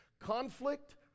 Conflict